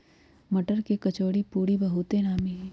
मट्टर के कचौरीपूरी बहुते नामि हइ